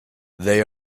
they